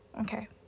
Okay